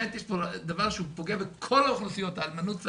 יש פה דבר שפוגע בכל האוכלוסיות, האלמנות והיתמות.